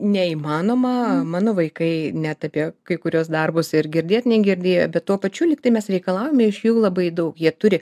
neįmanoma mano vaikai net apie kai kuriuos darbus ir girdėt negirdėję bet tuo pačiu lyg tai mes reikalaujame iš jų labai daug jie turi